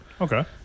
Okay